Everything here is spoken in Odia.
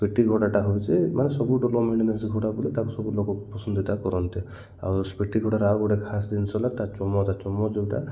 ସ୍ପିଟି ଘୋଡ଼ଟା ହଉଛି ମାନେ ସବୁଠୁ ଲୋ ମେଣ୍ଟେନାନ୍ସ ଘୋଡ଼ା ବୋଲି ତାକୁ ସବୁ ଲୋକ ପସନ୍ଦିତା କରନ୍ତି ଆଉ ସ୍ପିଟି ଘୋଡ଼ାର ଆଉ ଗୋଟେ ଖାସ ଜିନିଷ ହେଲା ତା ଚମ ତା ଚମ ଯେଉଁଟା